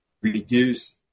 reduce